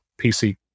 PC